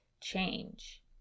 change